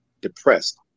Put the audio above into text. depressed